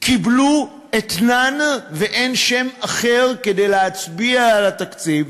קיבלו אתנן, ואין שם אחר כדי להצביע על התקציב,